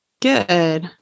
Good